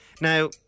Now